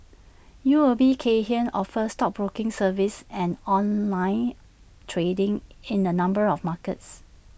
U O B Kay Hian offers stockbroking services and online trading in A number of markets